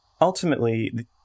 ultimately